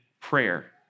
prayer